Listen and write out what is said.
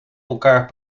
elkaar